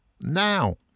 now